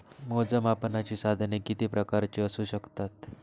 मोजमापनाची साधने किती प्रकारची असू शकतात?